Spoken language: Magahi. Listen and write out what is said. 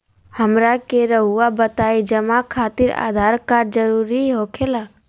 हमरा के रहुआ बताएं जमा खातिर आधार कार्ड जरूरी हो खेला?